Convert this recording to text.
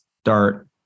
start